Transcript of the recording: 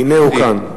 והנה הוא כאן.